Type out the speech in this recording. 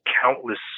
countless